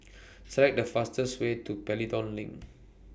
Select The fastest Way to Pelton LINK